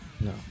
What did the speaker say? No